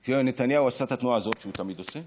כי נתניהו עשה את התנועה הזאת שהוא תמיד עושה,